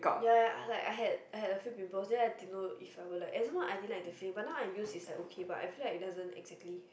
ya ya like I had I had a few pimples then I didn't know if I were like and some more I didn't like the feel but now I use is okay but I feel like it doesn't exactly